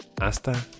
Hasta